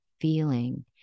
feeling